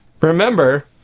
remember